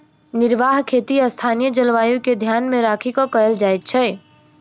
निर्वाह खेती स्थानीय जलवायु के ध्यान मे राखि क कयल जाइत छै